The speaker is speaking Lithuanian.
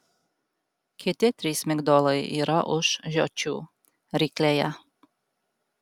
kiti trys migdolai yra už žiočių ryklėje